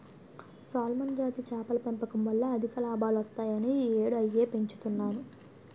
salmon జాతి చేపల పెంపకం వల్ల అధిక లాభాలొత్తాయని ఈ యేడూ అయ్యే పెంచుతన్ను